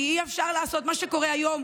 כי אי-אפשר לעשות מה שקורה היום,